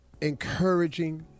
encouraging